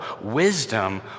Wisdom